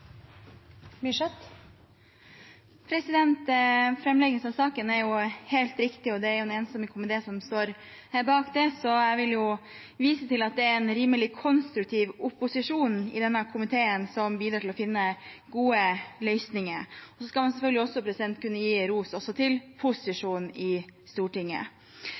helt riktig. Det er en enstemmig komité som står bak den, så jeg vil vise til at det er en rimelig konstruktiv opposisjon i denne komiteen, som bidrar til å finne gode løsninger. Så skal man selvfølgelig også kunne gi ros til posisjonen i Stortinget.